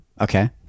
okay